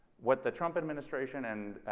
what the trump administration and